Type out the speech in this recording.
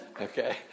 Okay